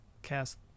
cast